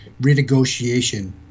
renegotiation